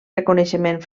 reconeixement